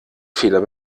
fehler